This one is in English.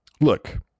look